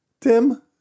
Tim